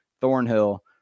Thornhill